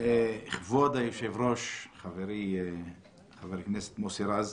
כבוד היושב-ראש, חברי חבר הכנסת מוסי רז,